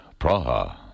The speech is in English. Praha